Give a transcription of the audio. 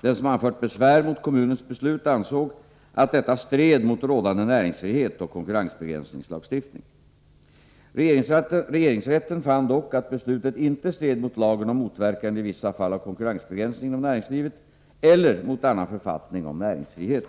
Den som anfört besvär mot kommunens beslut ansåg att detta stred mot rådande näringsfrihet och konkurrensbegränsningslagstiftning. Regeringsrätten fann dock att beslutet inte stred mot lagen om motverkande i vissa fall av konkurrensbegränsning inom näringslivet eller mot annan författning om näringsfrihet.